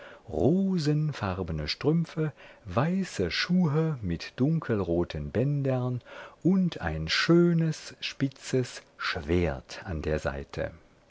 rosenfarbene strümpfe weiße schuhe mit dunkelroten bändern und ein schönes spitzes schwert an der seite